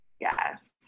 Yes